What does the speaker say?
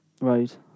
Right